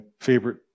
favorite